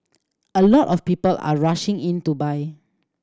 a lot of people are rushing in to buy